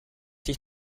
dich